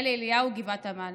אלי אליהו, "גבעת עמל":